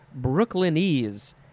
Brooklynese